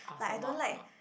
like I don't like